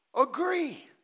agree